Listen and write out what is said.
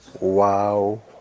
Wow